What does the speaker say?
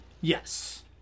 yes